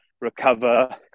recover